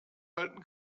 halten